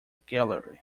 gallery